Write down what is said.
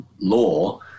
law